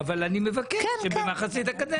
אבל אני מבקש שבמחצית הקדנציה נתכנס.